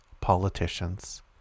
politicians